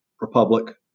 republic